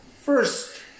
first